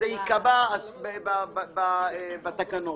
אף אחד לא מתחיל לעשן בגלל שחפיסת סיגריה נראית כך או כך.